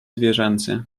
zwierzęcy